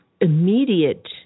immediate